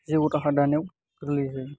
जिउ राहा दानायाव गोरलै जायो